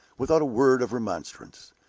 without a word of remonstrance.